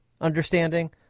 understanding